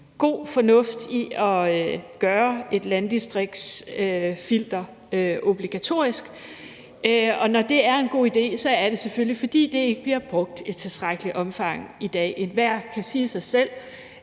god fornuft i at gøre et landdistriktsfilter obligatorisk. Når det er en god idé, er det selvfølgelig, fordi det ikke bliver brugt i tilstrækkeligt omfang i dag. Enhver kan sige sig selv,